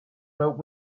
about